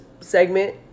segment